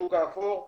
בשוק האפור.